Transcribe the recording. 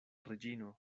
reĝino